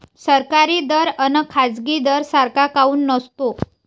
सरकारी दर अन खाजगी दर सारखा काऊन नसतो?